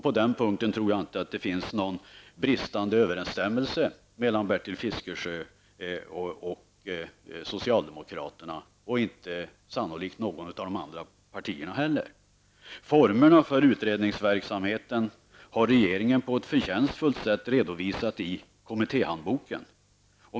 På den punkten tror jag inte att det finns någon bristande överensstämmelse mellan Bertil Fiskesjö och socialdemokraterna -- och sannolikt inte när det gäller något av de andra partierna heller. Formerna för utredningsverksamheten har regeringen på ett förtjänstfullt sätt redovisat i kommittéhandboken.